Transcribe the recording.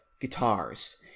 guitars